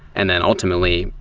and then, ultimately,